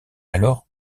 alors